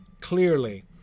clearly